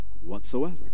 whatsoever